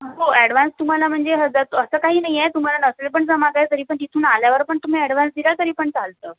हो ॲडवान्स तुम्हाला म्हणजे हजार असं काही नाही आहे तुम्हाला नसेल पण जमत आहे तर तिथून आल्यावर पण तुम्ही ॲडवान्स दिला तरी पण चालतं